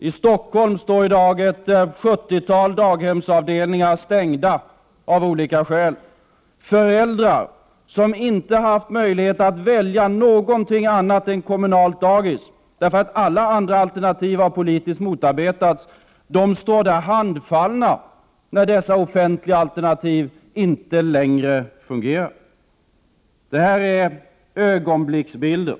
I Stockholm är i dag ett sjuttiotal daghemsavdelningar stängda av olika skäl. Föräldrar som inte haft möjlighet att välja någonting annat än kommunalt dagis, därför att alla andra alternativ har politiskt motarbetats, står handfallna när dessa offentliga alternativ inte längre fungerar. Det här är ögonblicksbilder.